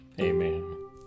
Amen